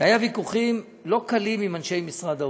היו ויכוחים לא קלים עם אנשי משרד האוצר.